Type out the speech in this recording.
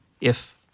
If-